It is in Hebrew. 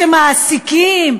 שמעסיקים?